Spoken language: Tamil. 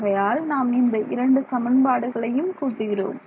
ஆகையால் நாம் இந்த இரண்டு சமன்பாடுகளையும் கூட்டுகிறோம்